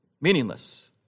meaningless